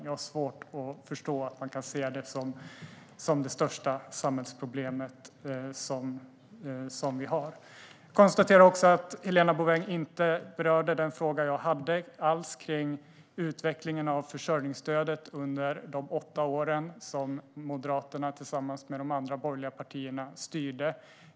Jag har svårt att förstå hur man kan se det som det största samhällsproblem som vi har. Jag konstaterar också att Helena Bouveng inte alls berörde den fråga jag hade om utvecklingen av försörjningsstödet under de åtta år som Moderaterna tillsammans med de andra borgerliga partierna styrde.